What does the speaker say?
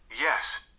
Yes